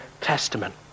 Testament